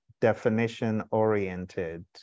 definition-oriented